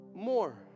more